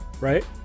right